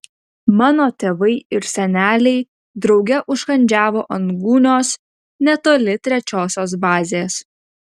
mano tėvai ir seneliai drauge užkandžiavo ant gūnios netoli trečiosios bazės